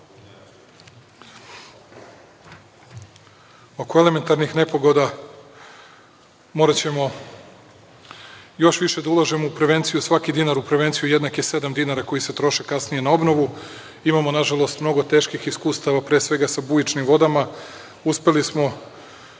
elementarnih nepogoda, moraćemo još više da ulažemo u prevenciju. Svaki dinar u prevenciju jednak je sedam dinara koji se troše kasnije na obnovu. Imamo, nažalost, mnogo teških iskustava, pre svega sa bujičnim vodama.